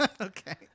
Okay